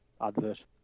advert